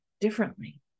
Differently